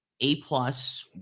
A-plus